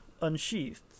unsheathed